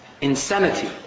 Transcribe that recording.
insanity